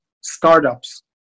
startups